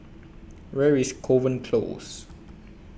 Where IS Kovan Close